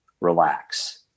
relax